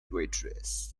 waitress